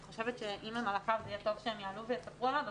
אם הם בזום אני חושבת שטוב שהם יעלו ויספרו עליו.